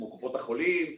כמו קופות החולים,